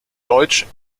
deutsch